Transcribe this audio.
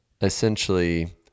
essentially